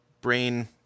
brain